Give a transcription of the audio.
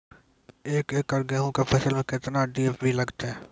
एक एकरऽ गेहूँ के फसल मे केतना डी.ए.पी लगतै?